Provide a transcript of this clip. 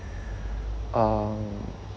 uh